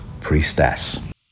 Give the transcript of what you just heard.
Priestess